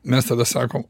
mes tada sakom